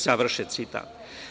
Završen citat.